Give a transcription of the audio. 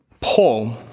Paul